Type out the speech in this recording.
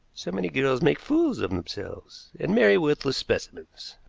so many girls make fools of themselves, and marry worthless specimens.